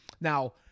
Now